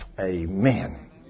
amen